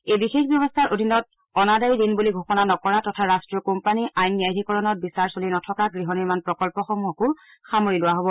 এই বিশেষ ব্যৱস্থাৰ অধীনত অনাদায়ী ঋণ বুলি ঘোষণা নকৰা তথা ৰাষ্ট্ৰীয় কোম্পানী আইন ন্যায়াধীকৰণত বিচাৰ চলি নথকা গৃহ নিৰ্মাণ প্ৰকল্পসমূহকো সামৰি লোৱা হ'ব